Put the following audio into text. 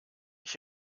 ich